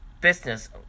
business